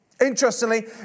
Interestingly